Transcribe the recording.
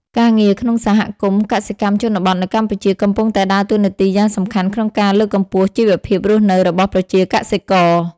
ការងារក្នុងសហគមន៍កសិកម្មជនបទនៅកម្ពុជាកំពុងតែដើរតួនាទីយ៉ាងសំខាន់ក្នុងការលើកកម្ពស់ជីវភាពរស់នៅរបស់ប្រជាកសិករ។